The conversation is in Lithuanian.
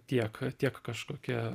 tiek tiek kažkokia